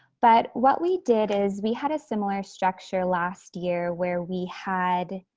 but what we did is we had a similar structure last year where we had